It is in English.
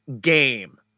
game